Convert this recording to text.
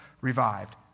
revived